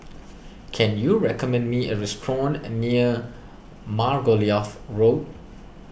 can you recommend me a restaurant and near Margoliouth Road